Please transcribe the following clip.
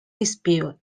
dispute